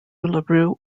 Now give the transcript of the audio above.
larue